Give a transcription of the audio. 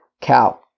cow